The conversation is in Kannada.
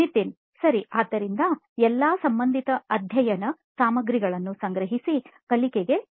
ನಿತಿನ್ ಸರಿ ಆದ್ದರಿಂದ ಎಲ್ಲಾ ಸಂಬಂಧಿತ ಅಧ್ಯಯನ ಸಾಮಗ್ರಿಗಳನ್ನು ಸಂಗ್ರಹಿಸಿ ಕಲಿಕೆಗೆ ಸಿದ್ಧಪಡಿಸುವುದು